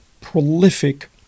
prolific